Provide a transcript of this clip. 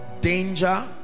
danger